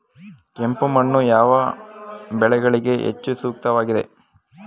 ಕೆಂಪು ಮಣ್ಣು ಯಾವ ಬೆಳೆಗಳಿಗೆ ಹೆಚ್ಚು ಸೂಕ್ತವಾಗಿದೆ?